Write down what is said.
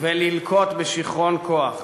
וללקות בשיכרון כוח.